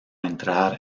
entrar